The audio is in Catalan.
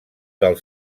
del